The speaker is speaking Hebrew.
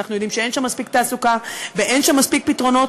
אנחנו יודעים שאין שם מספיק תעסוקה ואין שם מספיק פתרונות.